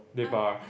Lebar